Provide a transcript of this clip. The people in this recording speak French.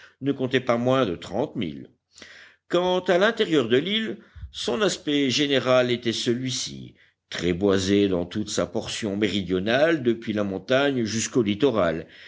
ne comptait pas moins de trente milles quant à l'intérieur de l'île son aspect général était celui-ci très boisée dans toute sa portion méridionale depuis la montagne jusqu'au littoral